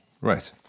right